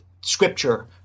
scripture